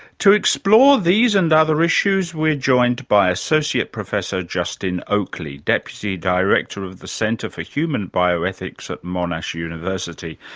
to explore these and other issues we're joined by associate professor justin oakley, deputy director of the centre for human bioethics at monash university.